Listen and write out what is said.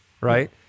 right